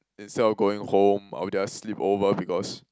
instead of going home I would just sleep over because